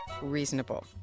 reasonable